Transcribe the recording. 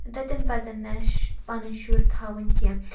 تَتٮ۪ن پَزَن نہٕ اَسہِ پَنٕنۍ شُرۍ تھاوٕنۍ کیٚنٛہہ